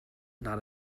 not